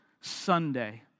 Sunday